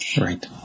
Right